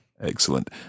Excellent